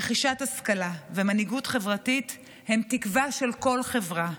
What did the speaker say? רכישת השכלה ומנהיגות חברתית הן תקווה של כל חברה.